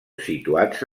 situats